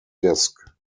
disk